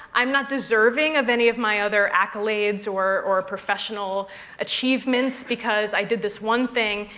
i'm not deserving of any of my other accolades or or professional achievements, because i did this one thing,